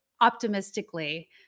optimistically